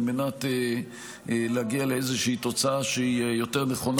על מנת להגיע לאיזושהי תוצאה שהיא יותר נכונה.